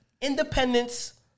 Independence